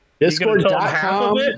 Discord.com